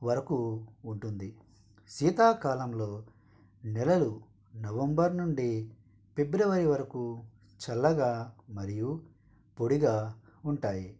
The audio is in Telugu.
వరకు ఉంటుంది శీతాకాలంలో నెలలు నవంబర్ నుండి ఫిబ్రవరి వరకు చల్లగా మరియు పొడిగా ఉంటాయి